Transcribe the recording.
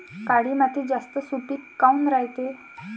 काळी माती जास्त सुपीक काऊन रायते?